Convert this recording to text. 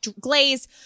glaze